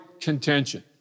contention